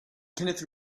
kenneth